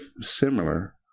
similar